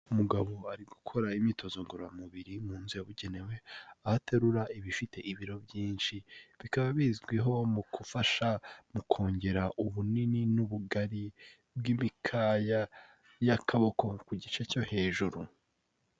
Umugabo ari gukora imyitozo ngororamubiri mu nzu yabugenewe aho aterura ibifite ibiro byinshi, bikaba bizwiho mu gufasha no kongera ubunini n'ubugari bw'imikaya y'akaboko ku gice cyo hejuru.